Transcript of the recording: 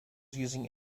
using